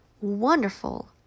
wonderful